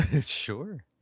Sure